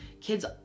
kids